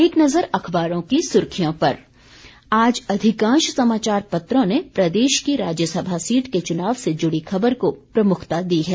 एक नज़र अखबारों की सुर्खियों पर आज अधिकांश समाचार पत्रों ने प्रदेश की राज्यसभा सीट के चुनाव से जुड़ी खबर को प्रमुखता दी है